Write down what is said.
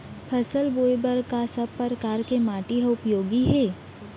फसल बोए बर का सब परकार के माटी हा उपयोगी हे?